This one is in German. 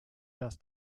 das